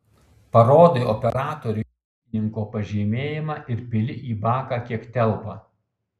parodai operatoriui ūkininko pažymėjimą ir pili į baką kiek telpa